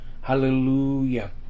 hallelujah